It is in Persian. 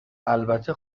البته